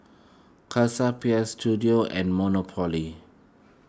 Chelsea Peers Istudio and Monopoly